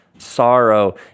Sorrow